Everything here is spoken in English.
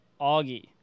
Augie